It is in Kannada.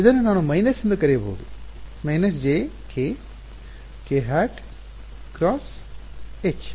ಇದನ್ನು ನಾನು ಮೈನಸ್ ಎಂದು ಬರೆಯಬಹುದು − jkkˆ × H→